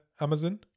Amazon